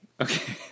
Okay